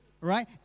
right